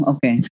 Okay